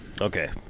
Okay